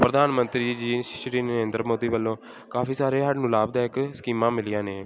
ਪ੍ਰਧਾਨ ਮੰਤਰੀ ਜੀ ਸ਼੍ਰੀ ਨਰਿੰਦਰ ਮੋਦੀ ਵੱਲੋਂ ਕਾਫੀ ਸਾਰੇ ਸਾਨੂੰ ਲਾਭਦਾਇਕ ਸਕੀਮਾਂ ਮਿਲੀਆਂ ਨੇ